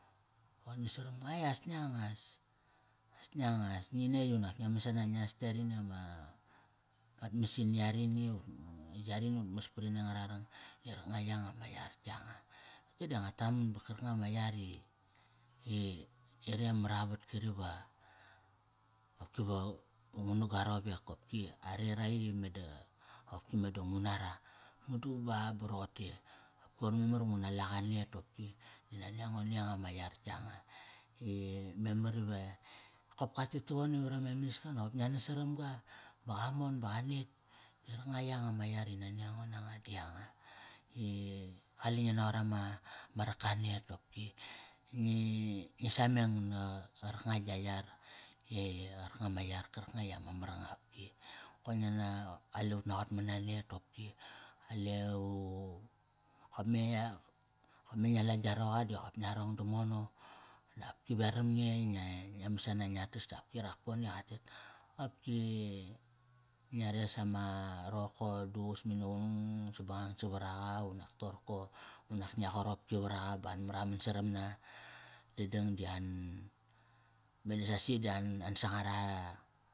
Qa nas saram ngo, "ae as ngiang as". As ngiang as ngi netk unak ngia masana ngia yaran, ama amat masini yarini unak yarini ut mas parini anga rarang. Di qarkanga yanga ma yar yanga. Ye di nga taman bat karkanga ma yari i, i, i re mara vat kari va opki va ngu na ga rowek. Kopki are ra i meda, qopki meda ngu na ra. Madu ba ba roqote. Koir memar ngu na ta qa net kopki. Di nani ango ni yanga ma yar yanga. I memar ive, kop ka tet tavone veram amiska qop ngia nas sara ga, ba qa mon ba qa netk. Di qarkanga yanga ma yar i nani ango nanga di yanga. I pale ngia naqot ama, ma raka net opki. Ngi, ngi sameng na qarkanga gia yar. Yai, qarkanga ma yar karkanga i ama mar nga opki. Kale ngian, kale ut naqot ma na net opki. Kale u, kop me ngia, kop me ngia la gia roqo da qop ngia rong dam ono. Dopki veram nge i ngia masana ngia tas dap ki rakpone qa tet. Opki ngia res ama roqorko, duququs, mani qunung, sabangang savar aqa unak toqorko. Unak ngia qaropki varaqa ba an maraman saramna. Dadang di an, meda sasi di an an sangara.